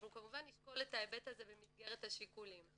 אנחנו כמובן נשקול את ההיבט הזה במסגרת השיקולים.